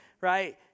right